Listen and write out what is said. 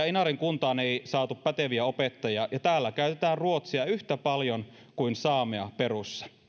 inarin kuntaan ei saatu päteviä opettajia ja täällä käytetään ruotsia yhtä paljon kuin saamea perussa